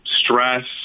stress